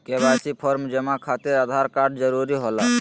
KYC form जमा खातिर Aadhaar card जरूरी होला?